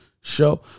Show